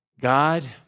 God